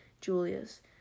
Julius